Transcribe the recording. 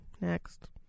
Next